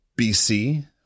BC